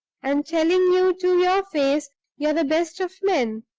and telling you to your face you're the best of men,